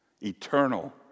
Eternal